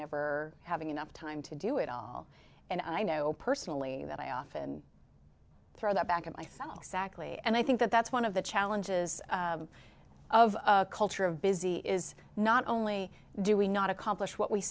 never having enough time to do it all and i know personally that i often throw that back at myself sadly and i think that that's one of the challenges of a culture of busy is not only do we not accomplish what we